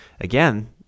Again